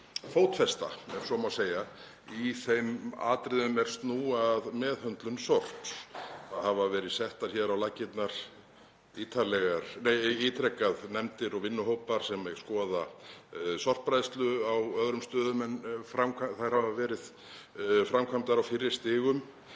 fótfesta, ef svo má segja, í þeim atriðum er snúa að meðhöndlun sorps. Það hafa verið settar hér á laggirnar ítrekað nefndir og vinnuhópar sem skoða sorpbrennslu á öðrum stöðum en þær hafa verið framkvæmdar á fyrri stigum.